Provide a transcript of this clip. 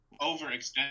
overextend